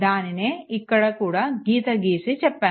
దానినే ఇక్కడ కూడా గీతగీసి చెప్పాను